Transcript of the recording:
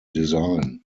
design